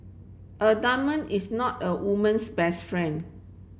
a diamond is not a woman's best friend